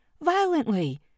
violently